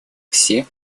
все